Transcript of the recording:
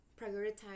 prioritize